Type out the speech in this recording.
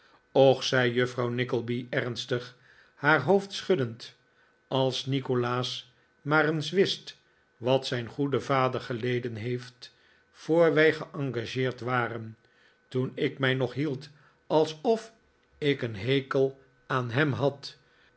och zei juffrouw nickleby ernstig haar hoofd schuddend r als nikolaas maar eens wist wat zijn goede vader geleden heeft voor wij geengageerd waren toen ik mij nog hield alsof ik een hekel aan hem had